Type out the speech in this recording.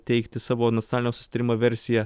teikti savo nacionalinio susitarimo versiją